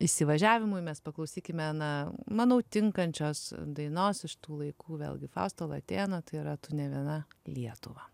įsivažiavimui mes paklausykime na manau tinkančios dainos iš tų laikų vėlgi fausto latėno tai yra tu ne viena lietuva